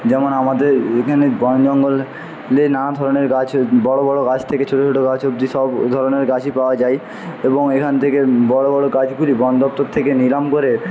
যেমন আমাদের এখানে বন জঙ্গলে নানা ধরনের গাছ বড়ো বড়ো গাছ থেকে ছোটো ছোটো গাছ অবধি সব ধরনের গাছই পাওয়া যায় এবং এখান থেকে বড়ো বড়ো গাছগুলি বনদপ্তর থেকে নিলাম করে